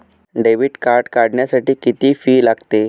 Debit card काढण्यासाठी किती fee लागते?